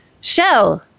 show